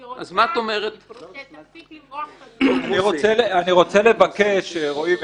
אני רוצה שתפסיק לברוח --- אני רוצה לבקש מרועי,